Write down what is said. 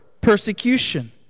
persecution